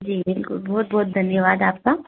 जी बिल्कुल बहुत बहुत धन्यवाद आपका